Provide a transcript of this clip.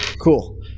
Cool